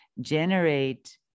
generate